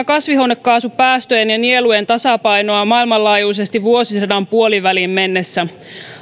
kasvihuonekaasupäästöjen ja nielujen tasapainoa maailmanlaajuisesti vuosisadan puoliväliin mennessä